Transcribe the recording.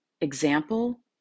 example